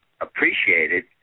appreciated